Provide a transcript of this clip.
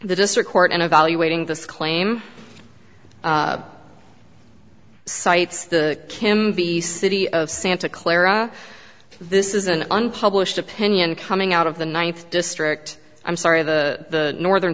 the district court and evaluating this claim cites the kim the city of santa clara this is an unpublished opinion coming out of the ninth district i'm sorry the northern